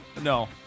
No